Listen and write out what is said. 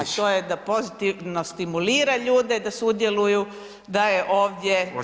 a to je da pozitivno stimulira ljude da sudjeluju, da je ovdje